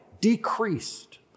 decreased